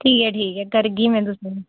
ठीक ऐ ठीक ऐ करगी में तुसें ई